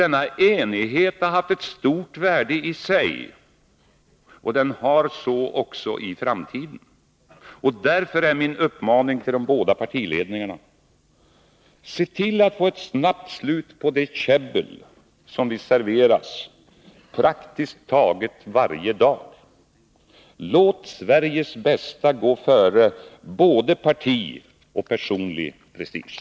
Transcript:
Denna enighet har haft ett stort värde i sig och har så också i framtiden. Därför är min uppmaning till de båda partiledarna: Se till att få ett snabbt slut på det käbbel som vi serveras praktiskt taget varje dag! Låt Sveriges bästa gå före både partiprestige och personlig prestige!